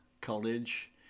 College